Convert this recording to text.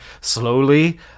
slowly